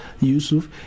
Yusuf